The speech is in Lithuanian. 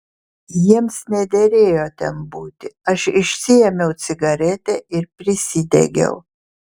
jiems nederėjo ten būti aš išsiėmiau cigaretę ir prisidegiau